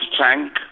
Tank